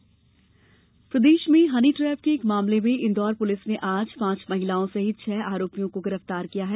honey trap मामला प्रदेश में हनी ट्रैप के एक मामले में इंदौर पुलिस ने आज पांच महिलाओं सहित छह आरोपियों को गिरफ्तार किया है